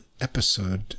episode